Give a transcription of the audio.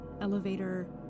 elevator